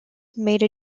made